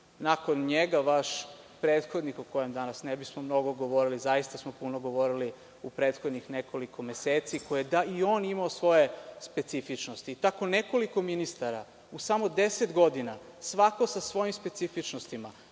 njega, vaš prethodnik, o kojem danas ne bismo mnogo govorili, zaista smo puno govorili u prethodnih nekoliko meseci, i on je imao svoje specifičnosti. Tako nekoliko ministara u deset godina, svako sa svojim specifičnostima,